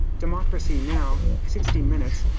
democracy now, sixty minutes,